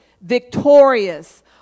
victorious